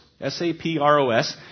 S-A-P-R-O-S